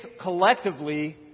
collectively